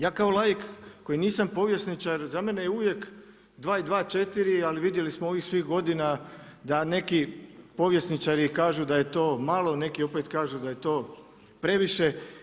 Ja kao laik koji nisam povjesničar, za mene je uvijek 2 i 2, četiri, ali vidjeli smo ovih svih godina da neki povjesničari kažu da je to malo, neki opet kažu da je to previše.